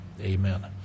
Amen